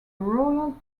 royal